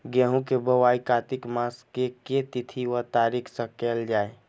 गेंहूँ केँ बोवाई कातिक मास केँ के तिथि वा तारीक सँ कैल जाए?